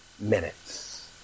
Minutes